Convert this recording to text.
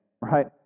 right